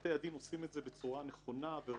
בתי הדין עושים את זה בצורה נכונה וראויה.